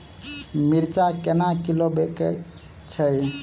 मिर्चा केना किलो बिकइ छैय?